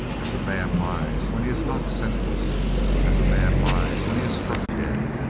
as a man lies when he is knocked senseless as a man lies when he is struck dead!